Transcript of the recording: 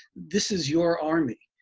this is your army.